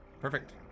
Perfect